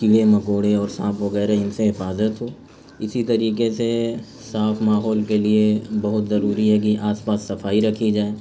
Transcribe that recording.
کیڑے مکوڑے اور سانپ وغیرہ ان سے حفاظت ہو اسی طریقے سے صاف ماحول کے لیے بہت ضروری ہے کہ آس پاس صفائی رکھی جائے